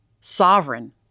sovereign